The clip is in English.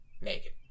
naked